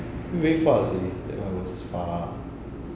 very far you see that [one] was far